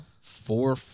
four